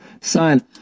sign